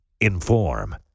inform